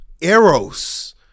Eros